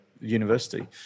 university